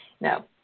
No